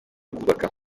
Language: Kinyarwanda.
kubaka